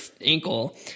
ankle –